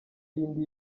y’indi